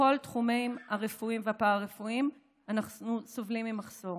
בכל התחומים הרפואיים והפארה-רפואיים אנחנו סובלים ממחסור